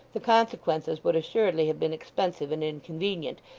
the consequences would assuredly have been expensive and inconvenient,